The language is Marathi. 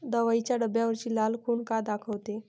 दवाईच्या डब्यावरची लाल खून का दाखवते?